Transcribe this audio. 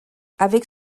avec